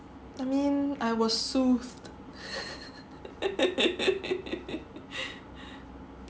I mean I was soothed